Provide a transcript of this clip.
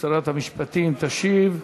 שרת המשפטים תשיב.